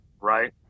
right